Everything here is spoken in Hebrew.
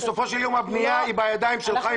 בסופו של דבר הבנייה היא בידיים שלך.